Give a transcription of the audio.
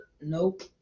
nope